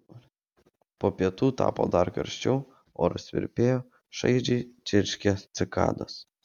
po pietų tapo dar karščiau oras virpėjo šaižiai čirškė cikados